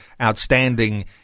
outstanding